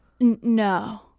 no